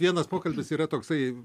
vienas pokalbis yra toksai